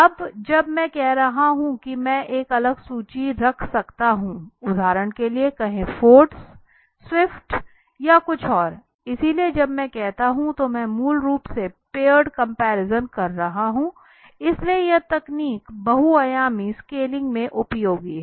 अब जब मैं कह रहा हूं कि मैं एक अलग सूची रख सकता हूं उदाहरण के लिए कहें फोर्ड स्विफ्ट या कुछ और इसलिए जब मैं कहता हूँ तो मैं मूल रूप से पेयर्ड कंपैरिजन कर रहा हूं इसलिए यह तकनीक बहुआयामी स्केलिंग में उपयोगी है